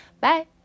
Bye